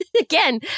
Again